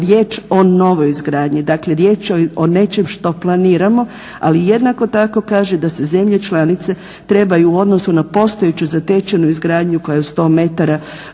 riječ o novoj izgradnji, dakle riječ je o nečem što planiramo ali jednako tako kaže da se zemlje članice trebaju u odnosu na postojeću zatečenu izgradnju koja je u 100 m